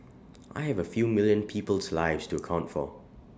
I have A few million people's lives to account for